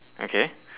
okay